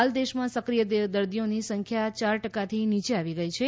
હાલ દેશમાં સક્રિય દર્દીઓની સંખ્યા યાર ટકાની નીચે આવી ગઈ છે